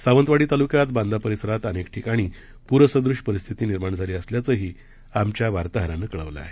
सावंतवाडी तालुक्यात बांदा परिसरात अनेक ठिकाणी प्रसदृश्य परिस्थिती निर्माण झाली असल्याचंही आमच्या वार्ताहरानं कळवलं आहे